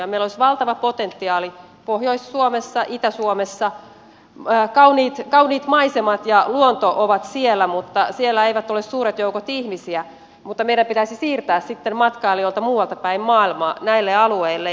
meillä olisi valtava potentiaali pohjois suomessa itä suomessa kauniit maisemat ja luonto ovat siellä mutta siellä ei ole suuria joukkoja ihmisiä mutta meidän pitäisi siirtää matkailijoita muualtapäin maailmaa näille alueille